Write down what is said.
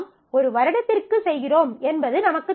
நாம் ஒரு வருடத்திற்குச் செய்கிறோம் என்பது நமக்குத் தெரியும்